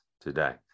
today